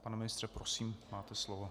Pane ministře, prosím, máte slovo.